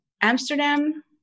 Amsterdam